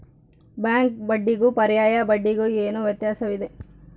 Bank ಬಡ್ಡಿಗೂ ಪರ್ಯಾಯ ಬಡ್ಡಿಗೆ ಏನು ವ್ಯತ್ಯಾಸವಿದೆ?